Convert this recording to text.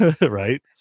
Right